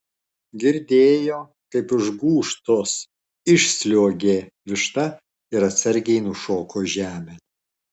girdėjo kaip iš gūžtos išsliuogė višta ir atsargiai nušoko žemėn